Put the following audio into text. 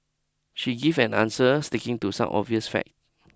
she give an answer sticking to some obvious fact